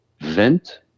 vent